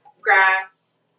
grass